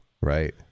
Right